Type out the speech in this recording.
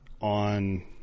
on